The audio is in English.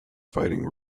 fighting